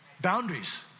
Boundaries